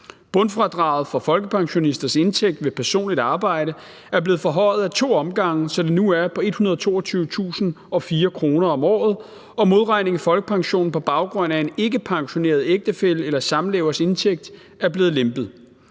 Bundfradraget for folkepensionisters indtægt ved personligt arbejde er blevet forhøjet af to omgange, så det nu er på 122.004 kr. om året, og modregning i folkepensionen på baggrund af en ikkepensioneret ægtefælles eller samlevers indtægt er blevet lempet.